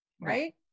right